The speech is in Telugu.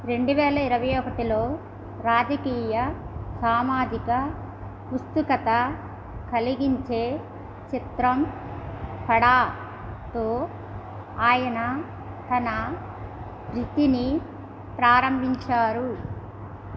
రెండు వేల ఇరవై ఒకటిలో రాజకీయ సామాజిక ఉత్సుకత కలిగించే చిత్రం పడాతో ఆయన తన వృత్తిని ప్రారంభించారు